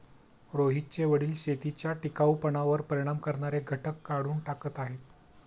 रोहितचे वडील शेतीच्या टिकाऊपणावर परिणाम करणारे घटक काढून टाकत आहेत